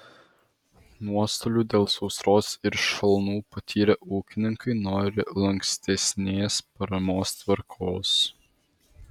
nuostolių dėl sausros ir šalnų patyrę ūkininkai nori lankstesnės paramos tvarkos